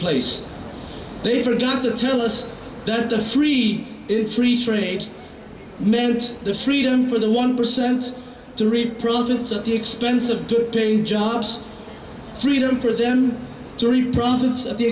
place they forgot to tell us that the free is free trade meant the freedom for the one percent to reprove it's at the expense of good paying jobs freedom for them during profits at the